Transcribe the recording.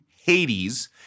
Hades